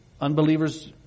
unbelievers